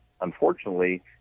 unfortunately